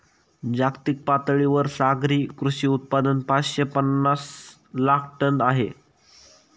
जागतिक पातळीवर सागरी कृषी उत्पादन पाचशे पनास लाख टन आहे